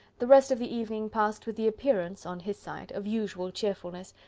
the rest of the evening passed with the appearance, on his side, of usual cheerfulness,